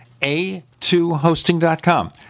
a2hosting.com